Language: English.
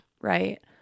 right